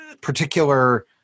particular